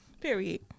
period